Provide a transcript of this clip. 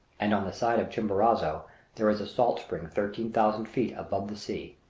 and on the side of chimborazo there is a salt spring thirteen thousand feet above the sea.